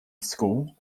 school